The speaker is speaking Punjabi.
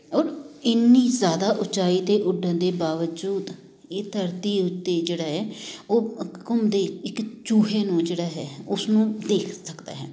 ਔਰ ਇੰਨੀ ਜ਼ਿਆਦਾ ਉਚਾਈ 'ਤੇ ਉੱਡਣ ਦੇ ਬਾਵਜੂਦ ਇਹ ਧਰਤੀ ਉੱਤੇ ਜਿਹੜਾ ਹੈ ਉਹ ਘੁੰਮਦੇ ਇੱਕ ਚੂਹੇ ਨੂੰ ਜਿਹੜਾ ਹੈ ਉਸਨੂੰ ਦੇਖ ਸਕਦਾ ਹੈ